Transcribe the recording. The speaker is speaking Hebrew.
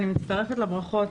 אני מצטרפת לברכות,